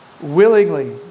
willingly